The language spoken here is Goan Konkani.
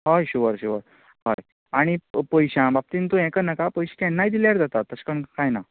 हय शिवर शिवर हय आनी पयशा बाबतीन तूं हें करनाका पयशे केन्नाय दिल्यार जाता तशें करून कांय ना